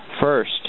First